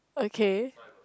okay